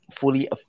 fully